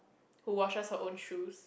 who washes her own shoes